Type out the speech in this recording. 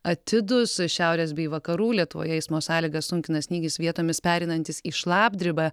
atidūs šiaurės bei vakarų lietuvoje eismo sąlygas sunkina snygis vietomis pereinantis į šlapdribą